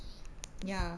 ya